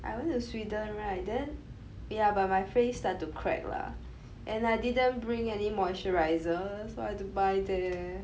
I went to Sweden right then ya but my face start to crack lah and I didn't bring any moisturizer so I have to buy there